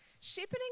shepherding